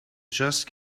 just